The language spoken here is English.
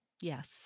Yes